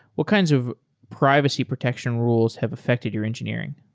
what kinds of privacy protection rules have affected your engineering?